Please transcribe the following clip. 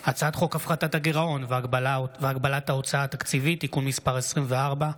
הצעת חוק הפחתת הגירעון והגבלת ההוצאה התקציבית (תיקון מס' 24),